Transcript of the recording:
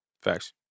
Facts